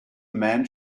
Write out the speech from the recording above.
man